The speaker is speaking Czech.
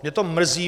Mě to mrzí.